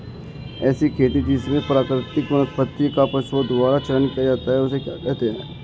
ऐसी खेती जिसमें प्राकृतिक वनस्पति का पशुओं द्वारा चारण किया जाता है उसे क्या कहते हैं?